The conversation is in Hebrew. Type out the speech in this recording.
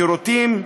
בשירותים,